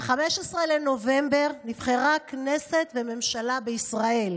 ב-15 בנובמבר נבחרו כנסת וממשלה בישראל,